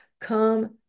come